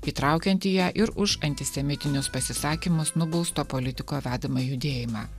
įtraukiant į ją ir už antisemitinius pasisakymus nubausto politiko vedamą judėjimą